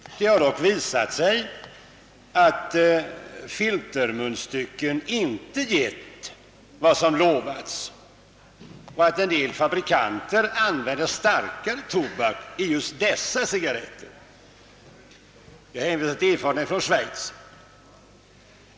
Det har dock visat sig, att filtermunstycken inte gett vad som utlovats och att en del fabrikanter använder starkare tobak i just dessa cigarretter. Jag hänvisar därvidlag till erfarenheterna från Schweiz.